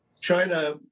China